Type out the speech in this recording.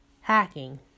hacking